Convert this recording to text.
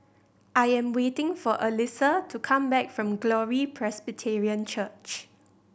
I am waiting for Elyssa to come back from Glory Presbyterian Church